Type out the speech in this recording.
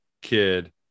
kid